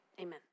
amen